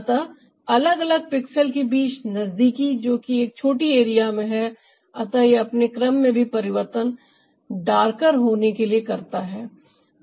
अतः अलग अलग पिक्सल्स के बीच नजदीकी जो एक छोटी एरिया में है अतः यह अपने क्रम में भी परिवर्तन डार्कर होने के लिए करता हैं